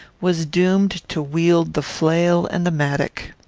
was doomed to wield the flail and the mattock.